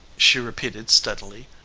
she repeated steadily.